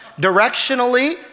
Directionally